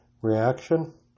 reaction